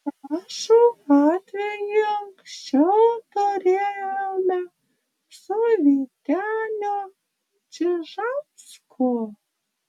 panašų atvejį anksčiau turėjome su vyteniu čižausku